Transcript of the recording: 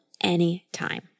anytime